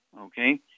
Okay